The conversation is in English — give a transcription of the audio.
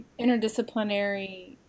interdisciplinary